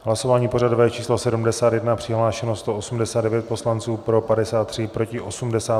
Hlasování pořadové číslo 71, přihlášeno 189 poslanců, pro 53, proti 83.